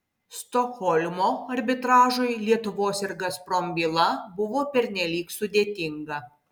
stokholmo arbitražui lietuvos ir gazprom byla buvo pernelyg sudėtinga